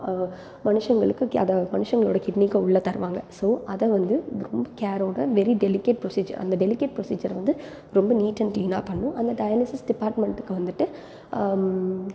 மனுஷங்களுக்கு அதை மனுஷங்களோட கிட்னிக்கு உள்ளே தருவாங்க ஸோ அதை வந்து ரொம்ப கேரோட வெரி டெலிகேட் ப்ரொசிஜர் அந்த டெலிகேட் ப்ரொசிஜரை வந்து ரொம்ப நீட் அண்ட் கிளீனாக பண்ணணும் அந்த டயாலிசிஸ் டிபார்ட்மென்டுக்கு வந்துட்டு